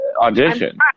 audition